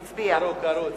הצביע.